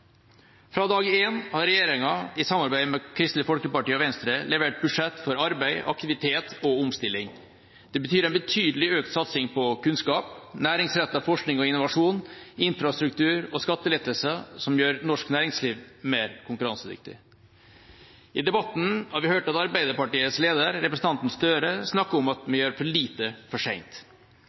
Fra dag én har regjeringa, i samarbeid med Kristelig Folkeparti og Venstre, levert budsjett for arbeid, aktivitet og omstilling. Det betyr en betydelig økt satsing på kunnskap, næringsrettet forskning og innovasjon, infrastruktur og skattelettelser som gjør norsk næringsliv mer konkurransedyktig. I debatten har vi hørt Arbeiderpartiets leder, representanten Gahr Støre, snakke om at vi gjør for lite, for seint.